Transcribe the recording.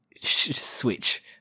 switch